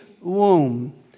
womb